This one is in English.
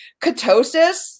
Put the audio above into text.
ketosis